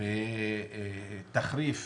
ותחריף